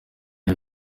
iyo